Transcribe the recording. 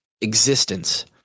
existence